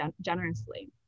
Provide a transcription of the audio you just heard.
generously